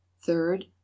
third